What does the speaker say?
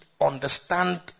understand